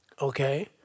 Okay